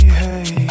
hey